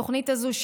התוכנית הזאת,